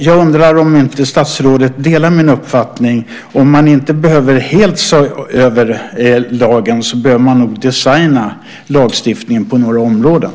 Jag undrar om inte statsrådet delar min uppfattning. Om man inte helt behöver se över lagen behöver man nog designa lagstiftningen på några områden.